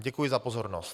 Děkuji za pozornost.